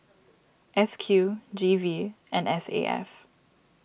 S Q G V and S A F